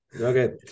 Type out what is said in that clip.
Okay